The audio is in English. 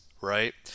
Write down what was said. right